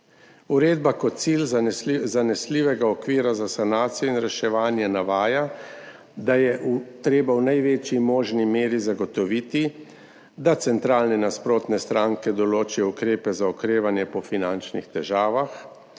Uredba kot cilj zanesljivega okvira za sanacijo in reševanje navaja, da je treba v največji možni meri zagotoviti, da centralne nasprotne stranke določijo ukrepe za okrevanje po finančnih težavah,